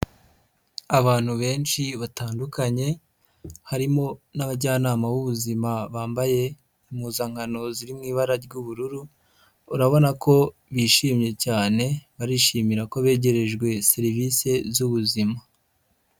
Abantu benshi batandukanye, harimo n'abajyanama b'ubuzima bambaye impuzankano ziri mu ibara ry'ubururu, urabona ko bishimye cyane, barishimira ko begerejwe serivisi z'ubuzima.